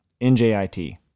NJIT